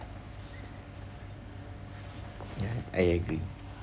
ya I agree